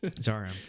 Sorry